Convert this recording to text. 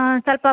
ಹಾಂ